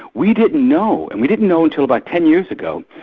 we didn't know, and we didn't know until about ten years ago,